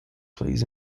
plays